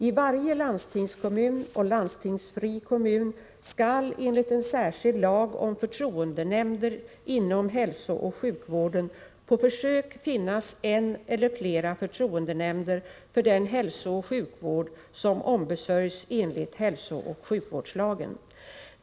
I varje landstingskommun och landstingsfri kommun skall enligt en särskild lag om förtroendenämnder inom hälsooch sjukvården på försök finnas en eller flera förtroendenämnder för den hälsooch sjukvård som ombesörjs enligt hälsooch sjukvårdslagen.